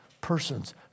persons